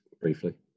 briefly